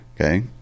okay